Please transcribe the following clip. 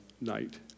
night